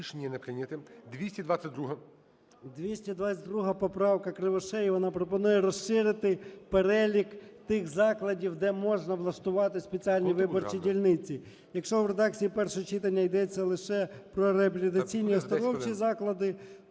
222 поправка, Кривошеї. Вона пропонує розширити перелік тих закладів, де можна влаштувати спеціальні виборчі дільниці. Якщо в редакції першого читання йдеться лише про реабілітаційні й оздоровчі заклади,